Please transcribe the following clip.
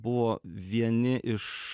buvo vieni iš